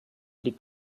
liegt